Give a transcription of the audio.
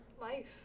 life